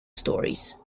stories